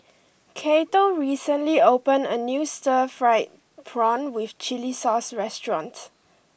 Cato recently opened a new Stir Fried Prawn with Chili Sauce restaurant